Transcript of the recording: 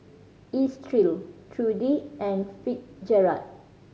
Estill Trudie and Fitzgerald